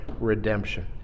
redemption